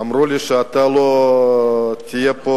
אמרו לי שאתה לא תהיה פה,